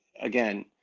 again